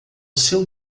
seu